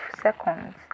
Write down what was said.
seconds